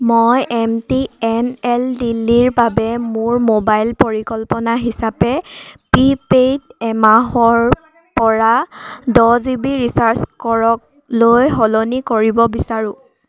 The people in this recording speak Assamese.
মই এম টি এন এল দিল্লীৰ বাবে মোৰ মোবাইল পৰিকল্পনা হিচাপে প্ৰি পেইড এমাহৰপৰা দহ জি বি ৰিচাৰ্জ কৰকলৈ সলনি কৰিব বিচাৰোঁ